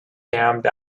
damned